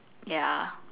ya